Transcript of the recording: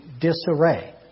disarray